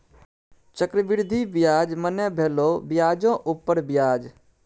चक्रवृद्धि ब्याज मने भेलो ब्याजो उपर ब्याज